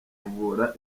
kuvura